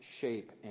shape